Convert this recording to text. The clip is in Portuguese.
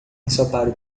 ensopado